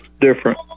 different